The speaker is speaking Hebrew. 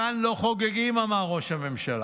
כאן לא חוגגים", אמר ראש הממשלה,